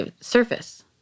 surface